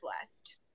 blessed